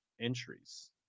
entries